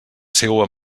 seua